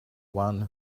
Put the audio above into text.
one